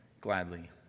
gladly